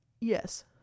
Yes